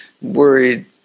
worried